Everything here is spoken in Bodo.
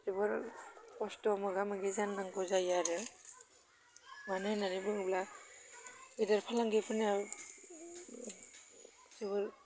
जोबोर खस्थ' मोगा मोगि जानांगौ जायो आरो मानो होन्नानै बुङोब्ला गेदेर फालांगिफोरना जोबोर